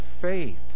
faith